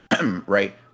Right